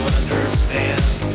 understand